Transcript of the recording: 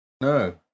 No